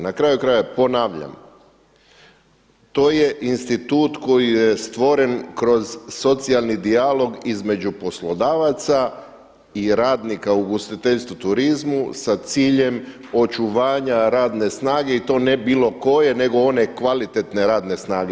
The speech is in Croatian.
Na kraju krajeva ponavljam, to je institut koji je stvoren kroz socijalni dijalog između poslodavaca i radnika u ugostiteljstvu, turizmu sa ciljem očuvanja radne snage i to ne bilo koje, nego one kvalitetne radne snage.